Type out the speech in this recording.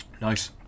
Nice